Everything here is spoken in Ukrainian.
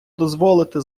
дозволити